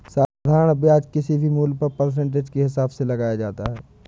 साधारण ब्याज किसी भी मूल्य पर परसेंटेज के हिसाब से लगाया जाता है